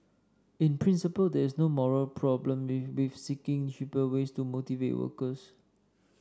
in principle there is no moral problem with seeking cheaper ways to motivate workers